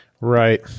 Right